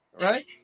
right